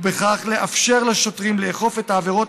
ופוליטיים לחקירה מזהירה,